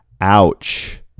Ouch